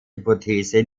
hypothese